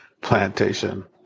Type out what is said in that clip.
plantation